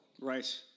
Right